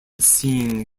seen